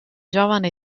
giovane